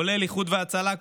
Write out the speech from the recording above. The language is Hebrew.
כולל איחוד והצלה,